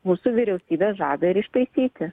mūsų vyriausybė žada ir ištaisyti